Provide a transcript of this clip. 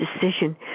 decision